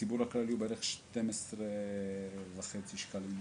בציבור הכללי הוא בערך 12.5 שקלים,